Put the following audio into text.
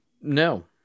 No